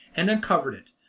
and uncovered it.